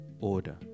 order